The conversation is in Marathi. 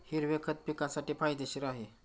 हिरवे खत पिकासाठी फायदेशीर आहे